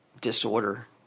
Disorder